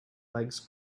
legs